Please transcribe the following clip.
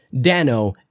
Dano